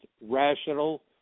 rational